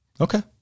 Okay